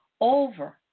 over